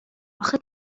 آخه